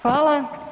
Hvala.